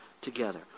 together